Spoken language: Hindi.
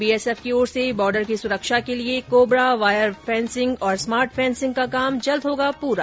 बीएसएफ की ओर से बोर्डर की सुरक्षा के लिये कोबरा वायर फेंसिंग और स्मार्ट फेंसिंग का काम जल्द होगा पूरा